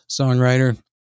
songwriter